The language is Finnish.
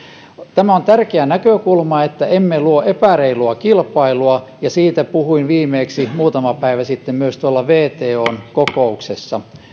tämä on tärkeä näkökulma että emme luo epäreilua kilpailua ja siitä puhuin viimeksi muutama päivä sitten myös wton kokouksessa